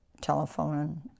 telephone